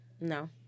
No